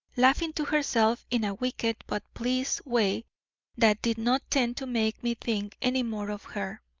laughing to herself in a wicked but pleased way that did not tend to make me think any more of her.